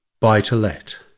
buy-to-let